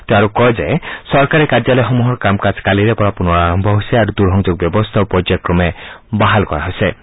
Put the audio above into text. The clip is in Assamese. তেওঁ আৰু কয় যে চৰকাৰী কাৰ্যালয়সমূহৰ কাম কাজ কালিৰে পৰা পুনৰ আৰম্ভ হৈছে আৰু দূৰ সংযোগ ব্যৱস্থাও পৰ্যায় ক্ৰমে বাহাল কৰা হ'ব